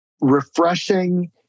refreshing